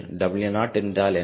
W0 என்றால் என்ன